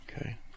Okay